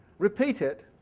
repeat it,